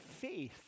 faith